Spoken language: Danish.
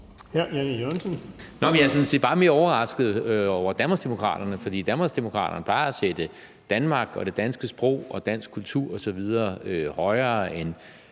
set bare mere overrasket over Danmarksdemokraterne, fordi Danmarksdemokraterne plejer at sætte Danmark og det danske sprog og dansk kultur osv. højere end